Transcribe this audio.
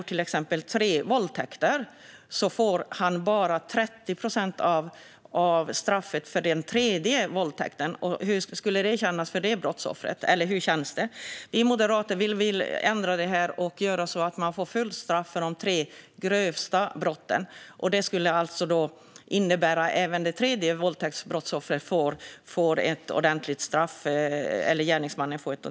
Om någon exempelvis har begått tre våldtäkter får personen bara 30 procent av straffet för den tredje våldtäkten. Hur känns det för brottsoffret? Vi i Moderaterna vill ändra på detta så att man får fullt straff för de tre grövsta brotten. Det skulle innebära att gärningsmannen även för en tredje våldtäkt får ett ordentligt straff.